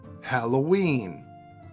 Halloween